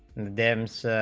them sat